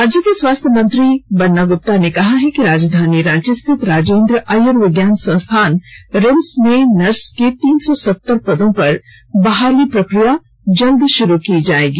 राज्य के स्वास्थ्य मंत्री बन्ना गुप्ता ने कहा कि राजधानी रांची स्थित राजेंद्र आर्युविज्ञान संस्थान रिम्स में नर्स के तीन सौ सत्तर पदों पर बहाली प्रक्रिया जल्द शुरू होगी